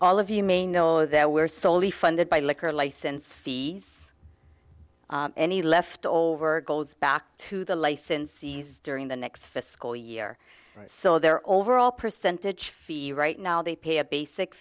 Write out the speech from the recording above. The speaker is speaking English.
all of you may know that we're solely funded by liquor license fees any leftover goes back to the licensees during the next fiscal year so their overall percentage fee right now they pay a basic